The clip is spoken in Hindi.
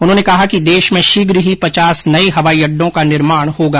उन्होंने कहा कि देश में शीघ्र ही पचास नए हवाई अड्डों का निर्माण होगा